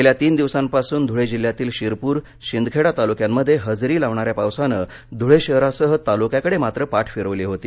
गेल्या तीन दिवसांपासून धुळे जिल्ह्यातील शिरपूर शिंदखेडा तालुक्यांमध्ये हजेरी लावणाऱ्या पावसानं धूळे शहरासह तालुक्याकडे मात्र पाठ फिरवली होती